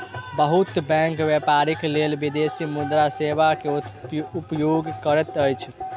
बहुत बैंक व्यापारक लेल विदेशी मुद्रा सेवा के उपयोग करैत अछि